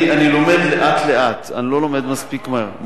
אני לומד לאט-לאט, אני לא לומד מספיק מהר.